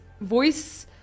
voice